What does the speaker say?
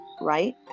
right